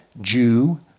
Jew